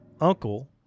uncle